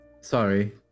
Sorry